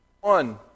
one